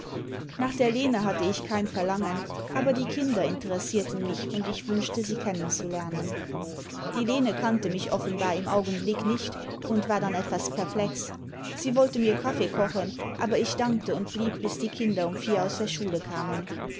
nach der lene hatte ich kein verlangen aber die kinder interessierten mich imd ich wünschte sie kennen zu lernen die lene kannte mich offenbar im augenblick nicbt und war dann etwas perplex sie wollte mir kaffee kochen aber ich dankte tmd blieb bis die kinder um vier aus der schule kamen